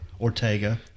Ortega